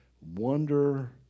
wonder